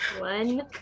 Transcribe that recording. One